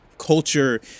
Culture